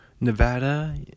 Nevada